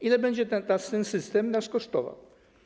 Ile będzie ten system nas kosztował?